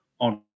On